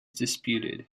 disputed